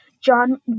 John